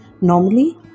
Normally